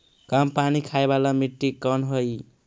कम पानी खाय वाला मिट्टी कौन हइ?